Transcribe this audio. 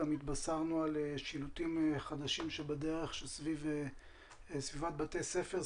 גם התבשרנו על שילוטים חדשים שבדרך בסביבת בתי הספר.